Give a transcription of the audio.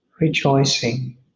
rejoicing